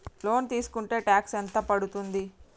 Loan తీస్కుంటే tax ఎంత పడ్తుంది?